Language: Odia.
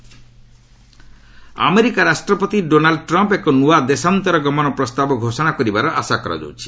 ୟୁଏସ୍ ଇମିଗ୍ରେସନ୍ ପ୍ଲାନ୍ ଆମେରିକା ରାଷ୍ଟ୍ରପତି ଡୋନାଲ୍ଡ୍ ଟ୍ରମ୍ପ୍ ଏକ ନୂଆ ଦେଶାନ୍ତର ଗମନ ପ୍ରସ୍ତାବ ଘୋଷଣା କରିବାର ଆଶା କରାଯାଉଛି